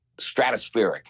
stratospheric